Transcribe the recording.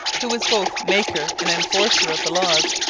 who was both maker and enforcer of the laws,